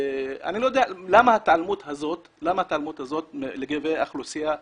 אני לא יודע למה קיימת ההתעלמות מהאוכלוסייה הבדואית.